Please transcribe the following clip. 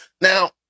now